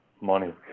money